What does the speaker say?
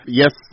yes